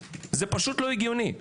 הגיוני.